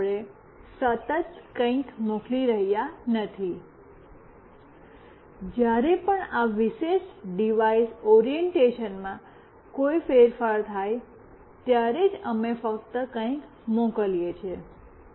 તેથી સતત આપણે કંઈક મોકલી રહ્યાં નથી જ્યારે પણ આ વિશેષ ડિવાઇસ ઓરિએન્ટેશનમાં કોઈ ફેરફાર થાય ત્યારે અમે ફક્ત કંઈક મોકલીએ છીએ